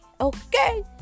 okay